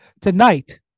tonight